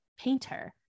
painter